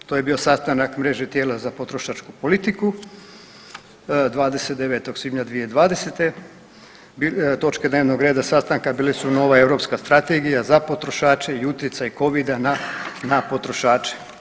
To je bio sastanak mreže tijela za potrošačku politiku 29. svibnja 2020., točke dnevnog reda sastanka bile nova europska strategija za potrošače i utjecaj Covida na, na potrošače.